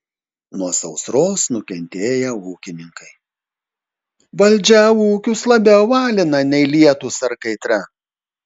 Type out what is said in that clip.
nuo sausros nukentėję ūkininkai valdžia ūkius labiau alina nei lietūs ar kaitra